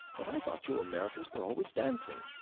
but i thought you americans were always dancing.